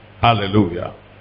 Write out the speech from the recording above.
Hallelujah